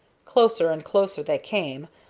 closer and closer they came,